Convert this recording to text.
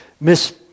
Miss